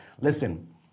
Listen